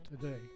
today